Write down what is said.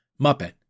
Muppet